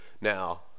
now